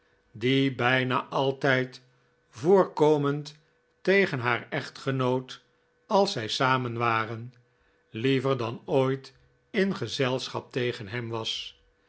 die bijna altijd voorkomend tegen haar echtgenoot als zij samen waren liever dan ooit in gezelschap tegen hem was